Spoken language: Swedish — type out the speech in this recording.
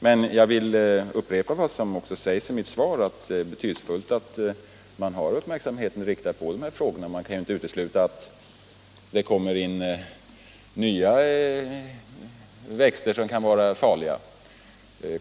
Men jag vill upprepa vad jag sade i mitt svar, nämligen att det är viktigt att vi har uppmärksamheten riktad på dessa frågor. Man kan t.ex. inte utesluta att vi får nya växter som kan vara farliga.